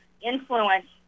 influence